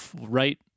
right